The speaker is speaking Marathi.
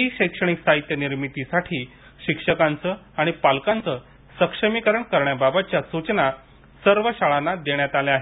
ई शैक्षणिक साहित्य निर्मितीसाठी शिक्षकांचं आणि पालकांचं सक्षमीकरण करण्याबाबतच्या सूचना सर्व शाळांना देण्यात आल्या आहेत